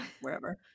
wherever